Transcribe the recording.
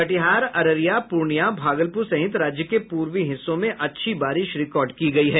कटिहार अररिया पूर्णियां भागलपुर सहित राज्य के पूर्वी हिस्सों में अच्छी बारिश रिकॉर्ड की गयी है